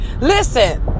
listen